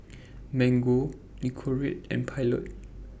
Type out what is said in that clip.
Mango Nicorette and Pilot